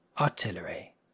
Artillery